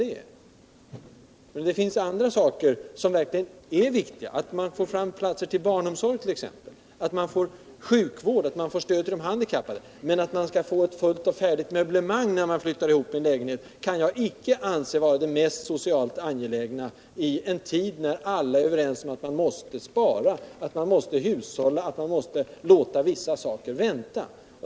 Det finns andra saker som verkligen är viktiga: all 1. ex. få fram platser i barnomsorgen, att få sjukvård och stöd till de handikappade. Men att unga människor skall få ett fullt och färdigt möblemang när de flyttar ihop i en lägenhet kan jag inte anse vara det socialt mest angelägna i en tid när alla är överens om att man måste hushålla, spara och låta vissa saker vänta.